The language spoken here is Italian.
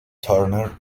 turner